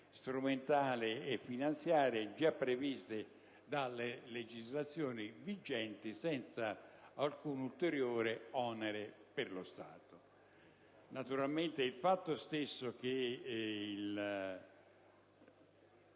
strumentali e finanziarie già previste dalla legislazione vigente, senza alcun ulteriore onere per lo Stato. Naturalmente il fatto stesso che il